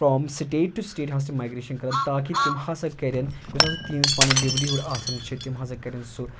from state to state ہَسا چھِ تِم مایگرٛیشَن کَران تاکہ تِم ہسا کَرن یُس ہَسا تِہٕنٛز پَنٕنۍ لیٚولی ہُڑ آسان چھِ تِم ہَسا کَرن سُہ